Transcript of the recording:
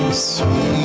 sweet